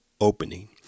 opening